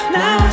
now